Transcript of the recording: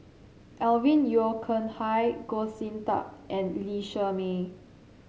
Alvin Yeo Khirn Hai Goh Sin Tub and Lee Shermay